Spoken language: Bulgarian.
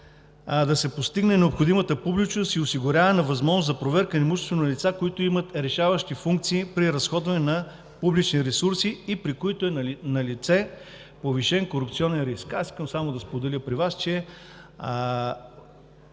да се постигне необходимата публичност и осигуряване на възможност за проверка на имуществото на лица, които имат решаващи функции при разходване на публични ресурси и при които е налице повишен корупционен риск. Аз искам само да споделя пред Вас, че